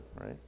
right